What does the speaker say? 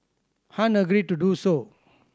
Han agreed to do so